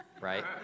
right